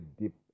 deep